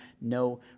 no